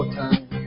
time